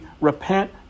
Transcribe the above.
repent